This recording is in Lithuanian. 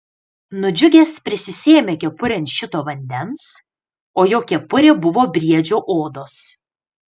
nudžiugęs prisisėmė kepurėn šito vandens o jo kepurė buvo briedžio odos